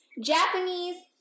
Japanese